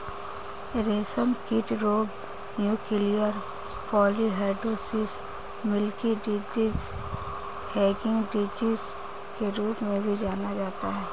रेशमकीट रोग nuclear polyhedrosis, milky disease, hanging disease के रूप में भी जाना जाता है